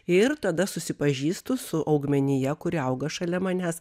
ir tada susipažįstu su augmenija kuri auga šalia manęs